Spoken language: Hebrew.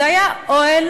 זה היה אוהל,